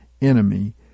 enemy